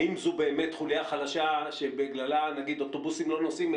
האם זו באמת חוליה חלשה שבגללה אוטובוסים לא נוסעים?